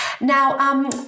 Now